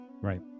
right